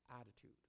attitude